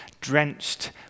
drenched